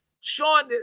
Sean